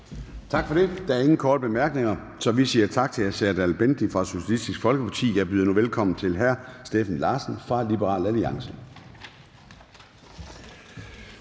Tak for det. Der er ingen korte bemærkninger, så vi siger tak til hr. Serdal Benli fra Socialistisk Folkeparti. Jeg byder nu velkommen til hr. Steffen Larsen fra Liberal Alliance.